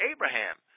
Abraham